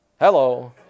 Hello